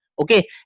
Okay